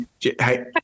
Hey